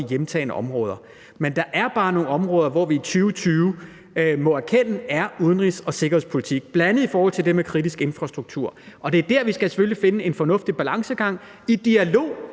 hjemtagne områder, men der er bare nogle områder, som vi i 2020 må erkende er udenrigs- og sikkerhedspolitik, bl.a. det med kritisk infrastruktur. Og det er selvfølgelig der, vi skal finde en fornuftig balancegang i dialog